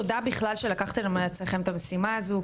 תודה בכלל שלקחתם על עצמכם את המשימה הזו,